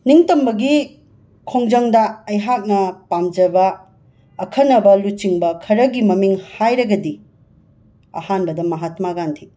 ꯅꯤꯡꯇꯝꯕꯒꯤ ꯈꯣꯡꯖꯪꯗ ꯑꯩꯍꯥꯛꯅ ꯄꯥꯝꯖꯕ ꯑꯈꯟꯅꯕ ꯂꯨꯆꯤꯡꯕ ꯈꯔꯒꯤ ꯃꯃꯤꯡ ꯍꯥꯏꯔꯒꯗꯤ ꯑꯍꯥꯟꯕꯗ ꯃꯍꯥꯇꯃꯥ ꯒꯥꯟꯙꯤ